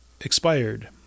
expired